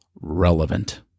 relevant